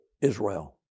ISRAEL